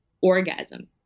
orgasm